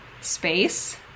space